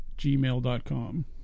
gmail.com